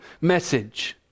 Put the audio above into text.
message